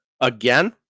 again